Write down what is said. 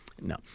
No